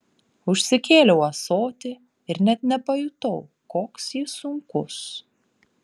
užsikėliau ąsotį ir net nepajutau koks jis sunkus